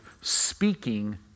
speaking